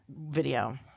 video